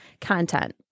content